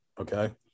Okay